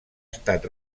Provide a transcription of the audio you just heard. estat